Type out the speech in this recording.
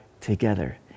together